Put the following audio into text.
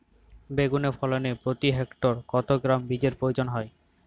বেগুন ফলনে প্রতি হেক্টরে কত গ্রাম বীজের প্রয়োজন হয়?